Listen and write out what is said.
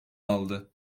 aldı